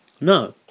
No